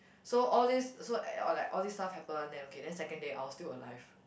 so all these so uh like all these stuff happen then okay then second day I was still alive